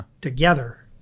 together